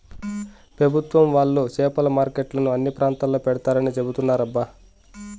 పెభుత్వం వాళ్ళు చేపల మార్కెట్లను అన్ని ప్రాంతాల్లో పెడతారని చెబుతున్నారబ్బా